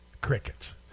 Crickets